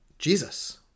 Jesus